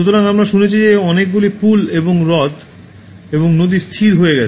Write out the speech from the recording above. সুতরাং আমরা শুনেছি যে অনেকগুলি পুল এবং হ্রদ এবং নদী স্থির হয়ে গেছে